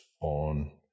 on